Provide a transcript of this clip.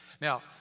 Now